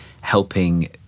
helping